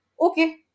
Okay